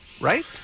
right